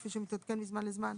כפי שמתעדכן מזמן לזמן,